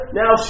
now